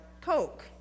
coke